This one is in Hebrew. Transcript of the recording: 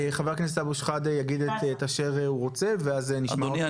חבר הכנסת אבו שחאדה יגיד את אשר הוא רוצה ואז נשמע אותך.